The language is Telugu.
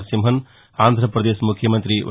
నరసింహన్ ఆంధ్రపదేశ్ ముఖ్యమంతి వై